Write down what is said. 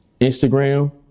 Instagram